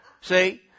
See